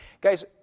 Guys